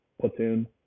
platoon